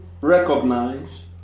recognize